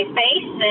face